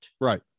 Right